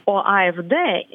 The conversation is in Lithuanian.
o afd